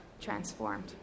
transformed